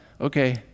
okay